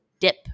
dip